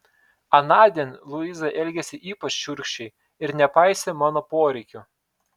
anądien luiza elgėsi ypač šiurkščiai ir nepaisė mano poreikių